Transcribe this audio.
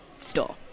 store